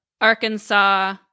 Arkansas